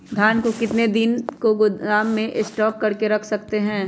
धान को कितने दिन को गोदाम में स्टॉक करके रख सकते हैँ?